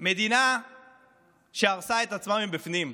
מדינה שהרסה את עצמה מבפנים,